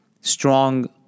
strong